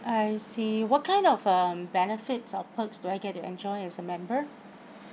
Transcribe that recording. I see what kind of um benefits or perks do I get to enjoy as a member